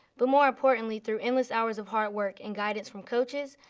but more importantly through endless hours of hard work and guidance from coaches,